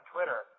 Twitter